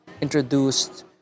introduced